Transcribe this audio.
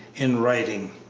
in writing.